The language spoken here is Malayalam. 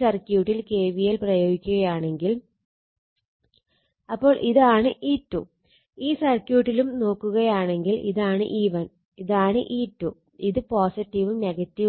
ഈ സർക്യൂട്ടിൽ kvl പ്രയോഗിക്കുകയാണെങ്കിൽ അപ്പോൾ ഇതാണ് E2 ഈ സർക്യൂട്ടിലും നോക്കുകയാണെങ്കിൽ ഇതാണ് E1 ഇതാണ് E2 ഇത് ഉം